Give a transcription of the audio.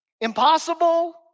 Impossible